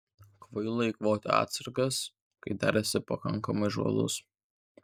kvaila eikvoti atsargas kai dar esi pakankamai žvalus